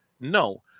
No